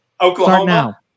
Oklahoma